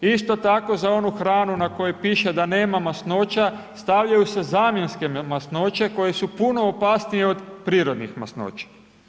Isto tako za onu hranu na kojoj piše da nema masnoća stavljaju se zamjenske masnoće koje su puno opasnije od prirodnih masnoća.